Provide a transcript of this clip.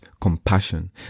compassion